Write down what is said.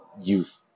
youth